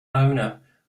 owner